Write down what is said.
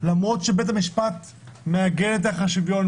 למרות שבית המשפט מעגן את ערך השוויון,